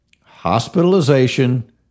hospitalization